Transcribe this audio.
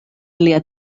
lia